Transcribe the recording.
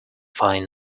fine